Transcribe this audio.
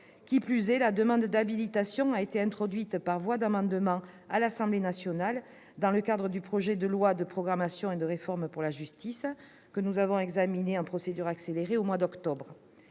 Qui plus est, la demande d'habilitation a été introduite par voie d'amendement à l'Assemblée nationale lors de la discussion du projet de loi de programmation 2018-2022 et de réforme pour la justice, que nous avons examiné en procédure accélérée au mois d'octobre.